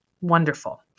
Wonderful